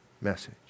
message